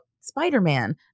Spider-Man